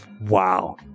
Wow